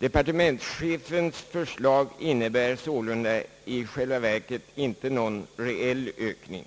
Departementschefens förslag innebär sålunda i själva verket inte någon reell ökning.